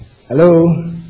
Hello